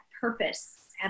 purpose